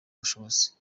bushobozi